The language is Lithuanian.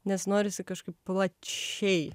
nes norisi kažkaip plačiai